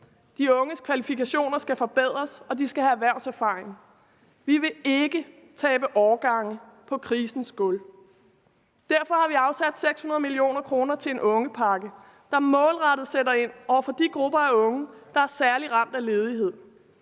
De unges kvalifikationer skal forbedres, og de skal have erhvervserfaring. Vi vil ikke tabe årgange på krisens gulv. Derfor har vi afsat 600 mio. kr. til en ungepakke, der målrettet sætter ind over for de grupper af unge, der er særlig ramt af ledighed.